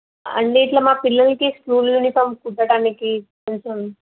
ఏవండీ ఇట్లా మా పిల్లలకి స్కూల్ యూనిఫార్మ్స్ కుట్టడానికి కొంచెం